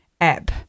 app